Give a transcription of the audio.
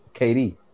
KD